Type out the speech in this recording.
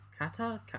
Kata